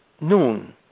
noon